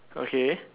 okay